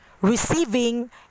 receiving